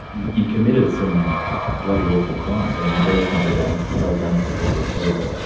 you committed some bloody awful crimes, i mean you burst into banks, you held guns to people's heads,